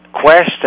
question